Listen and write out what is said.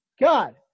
God